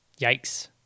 yikes